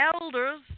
elders